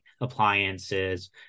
appliances